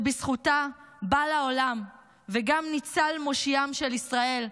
שבזכותה בא לעולם וגם ניצל מושיעם של ישראל,